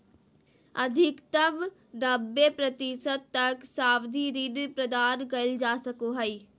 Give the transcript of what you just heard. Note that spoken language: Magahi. अधिकतम नब्बे प्रतिशत तक सावधि ऋण प्रदान कइल जा सको हइ